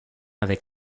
avec